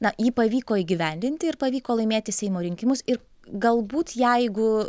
na jį pavyko įgyvendinti ir pavyko laimėti seimo rinkimus ir galbūt jeigu